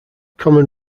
common